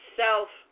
self